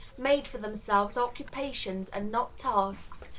made for themselves occupations and not tasks,